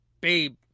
Babe